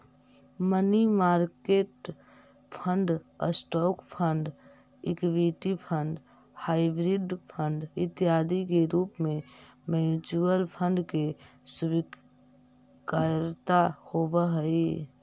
money market fund, stock fund, equity fund, hybrid fund इत्यादि के रूप में म्यूचुअल फंड के स्वीकार्यता होवऽ हई